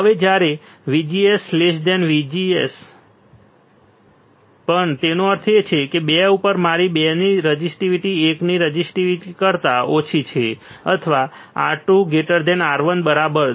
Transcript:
હવે જ્યારે VGS VGS પણ તેનો અર્થ એ કે 2 ઉપર મારી 2 ની રઝિસ્ટીવીટી 1 ની રઝિસ્ટીવીટી કરતા ઓછી છે અથવા R2 R1 બરાબર